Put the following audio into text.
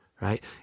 right